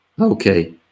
Okay